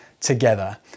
together